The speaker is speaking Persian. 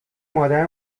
مادر